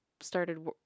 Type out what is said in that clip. started